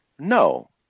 No